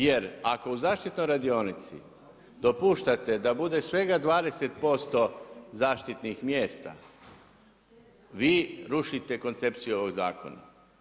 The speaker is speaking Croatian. Jer ako u zaštitnoj radionici, dopuštate da bude 20% zaštitnih mjesta, vi rušite koncepciju ovog zakona.